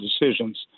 decisions